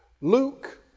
Luke